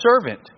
servant